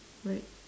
right